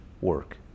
work